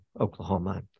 Oklahoma